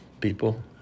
people